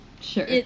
Sure